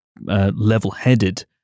level-headed